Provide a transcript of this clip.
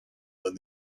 than